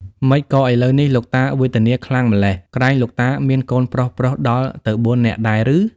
ម៉េចក៏ឥឡូវនេះ លោកតាវេទនាខ្លាំងម៉្លេះ ក្រែងលោកតាមានកូនប្រុសៗដល់ទៅ ៤នាក់ដែរឬ។